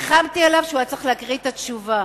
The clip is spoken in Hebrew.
ריחמתי עליו שהוא היה צריך להקריא את התשובה.